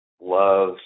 love